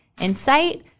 insight